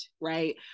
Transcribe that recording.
right